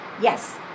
Yes